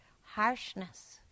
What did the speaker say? harshness